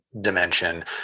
dimension